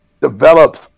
develops